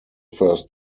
first